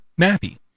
Mappy